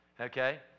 okay